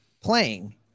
playing